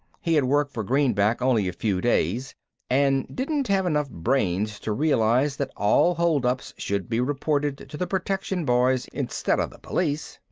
he had worked for greenback only a few days and didn't have enough brains to realize that all holdups should be reported to the protection boys instead of the police.